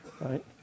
right